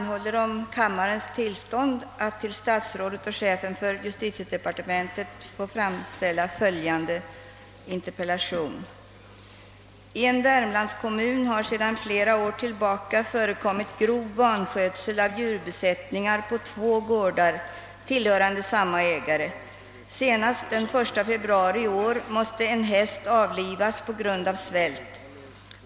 Herr talman! I en Värmlandskommun har sedan flera år tillbaka förekommit grov vanskötsel av djurbesättningar på två gårdar, tillhörande samma ägare. Senast den 1 februari i år måste en häst avlivas på grund av svält.